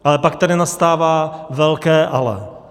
Ale pak tady nastává velké ale.